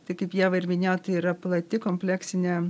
tai kaip ieva ir minėjo tai yra plati kompleksinė